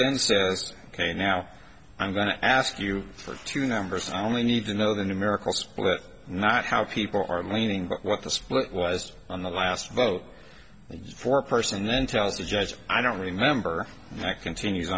then says ok now i'm going to ask you for two numbers i only need to know the numerical split not how people are leaning but what the split was on the last vote the four person then tells the judge i don't remember that continues